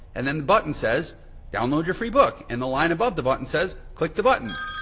and then the button says download your free book. and the line above the button says click the button.